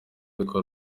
ariko